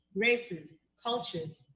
races, cultures,